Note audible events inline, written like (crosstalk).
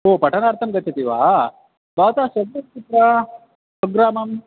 ओ पठनार्थं गच्छति वा भवतः (unintelligible) कुत्र स्वग्रामम्